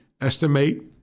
estimate